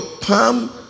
palm